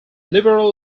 liberal